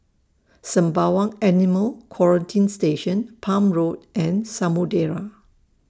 Sembawang Animal Quarantine Station Palm Road and Samudera